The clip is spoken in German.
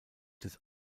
des